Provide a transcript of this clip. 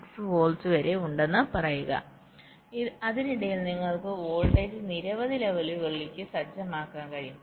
6 volt വരെ ഉണ്ടെന്ന് പറയുക അതിനിടയിൽ നിങ്ങൾക്ക് വോൾട്ടേജ് നിരവധി ലെവലുകളിലേക്ക് സജ്ജമാക്കാൻ കഴിയും